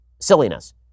silliness